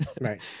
Right